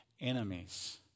enemies